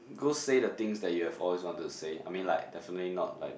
goes say the things that you have always want to say I mean like definitely not like